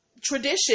tradition